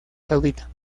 saudita